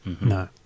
No